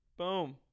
Boom